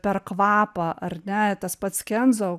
per kvapą ar ne tas pats kenzo